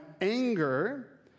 anger